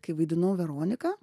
kai vaidinau veroniką